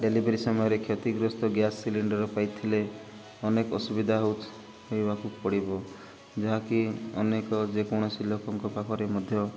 delivery ସମୟରେ କ୍ଷତିଗ୍ରସ୍ତ gas cylinder ପାଇଥିଲେ ଅନେକ ଅସୁବିଧା ହେଉଛି ହେବାକୁ ପଡ଼ିବ ଯାହାକି ଅନେକ ଯେକୌଣସି ଲୋକଙ୍କ ପାଖରେ ମଧ୍ୟ